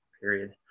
period